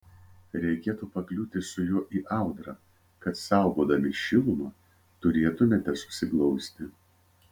reikėtų pakliūti su juo į audrą kad saugodami šilumą turėtumėte susiglausti